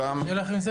קשה לך עם זה